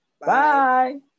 Bye